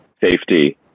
safety